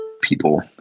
people